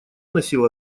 носил